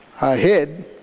ahead